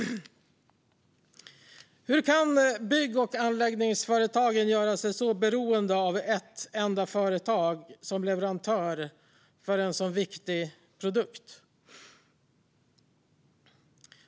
Hur kan bygg och anläggningsföretagen göra sig så beroende av ett enda företag som leverantör, för en så viktig produkt?